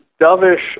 dovish